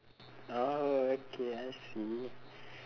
oh okay I see